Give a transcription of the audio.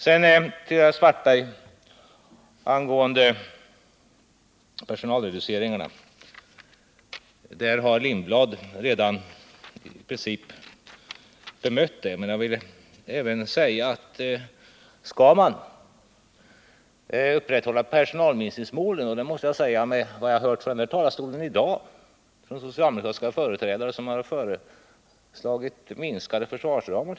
Vad Karl-Erik Svartberg sade om personalreduceringarna har Hans Lindblad redan bemött. Socialdemokratiska företrädare har krävt minskade försvarsramar.